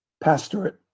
pastorate